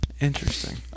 Interesting